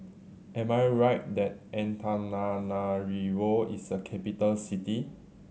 am I right that Antananarivo is a capital city